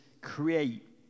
create